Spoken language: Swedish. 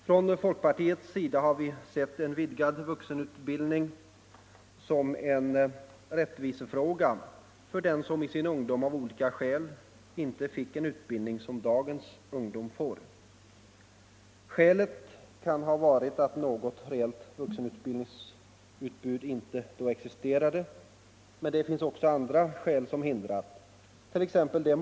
Från folkpartiets sida har vi sett en vidgad vuxenutbildning som en rättvisefråga för dem som i sin ungdom av olika skäl inte fick en utbildning av den kvalitet som dagens ungdom får. Anledningen därtill kan ha varit att något reellt vuxenutbildningsutbud då inte existerade. Men det finns också andra orsaker som hindrat många människor att i sin ungdom få önskad utbildning.